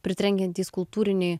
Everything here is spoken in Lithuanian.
pritrenkiantys kultūriniai